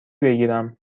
بگیرم